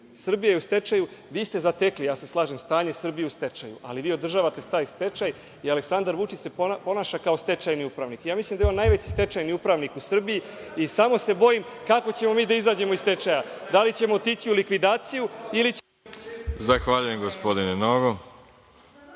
Srbija je u stečaju. Vi ste zatekli stanje, slažem se, Srbije u stečaju, ali vi održavate taj stečaj i Aleksandar Vučić se ponaša kao stečajni upravnik. Mislim da je on najveći stečajni upravnik i samo se bojim kako ćemo mi da izađemo iz stečaja, da li ćemo otići u likvidaciju ili ćemo… (Isključen mikrofon.)